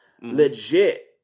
legit